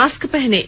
mask पहनें